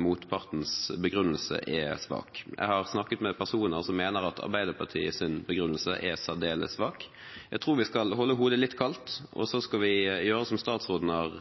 motpartens begrunnelse er svak. Jeg har snakket med personer som mener at Arbeiderpartiets begrunnelse er særdeles svak. Jeg tror vi skal holde hodet litt kaldt, og så skal vi gjøre som statsråden har